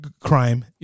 crime